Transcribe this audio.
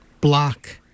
block